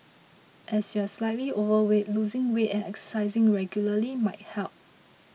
as you are slightly overweight losing weight and exercising regularly might help